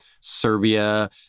Serbia